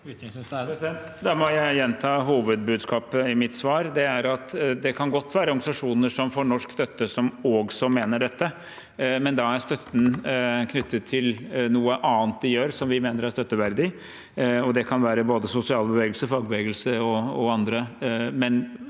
Da må jeg gjenta hovedbudskapet i mitt svar. Det er at det kan godt være organisasjoner som får norsk støtte, som også mener dette, men da er støtten knyttet til noe annet de gjør som vi mener er støtteverdig, og det kan være både sosiale bevegelser, fagbevegelser og andre.